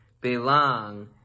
belong